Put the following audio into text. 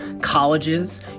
colleges